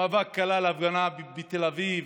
המאבק כלל הפגנה בתל אביב,